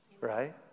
right